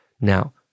Now